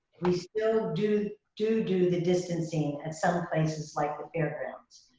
we still do do do the distancing at some places like the fairgrounds.